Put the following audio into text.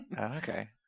okay